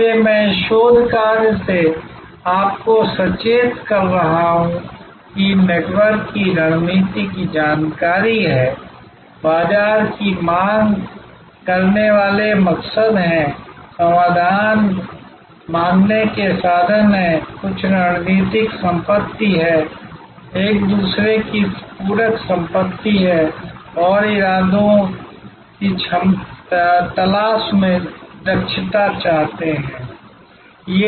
इसलिए मैं इस शोध कार्य से आपको सचेत कर रहा हूं कि इस नेटवर्क की रणनीति की जानकारी है बाजार की मांग करने वाले मकसद हैं संसाधन मांगने के साधन हैं कुछ रणनीतिक संपत्ति है एक दूसरे की पूरक संपत्ति है और इरादों की तलाश में दक्षता चाहते हैं